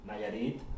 Nayarit